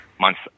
months